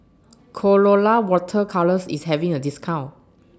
Colora Water Colours IS having A discount